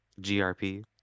grp